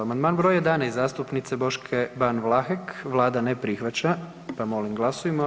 Amandman br. 11. zastupnice Boške Ban Vlahek, vlada ne prihvaća, pa molim glasujmo.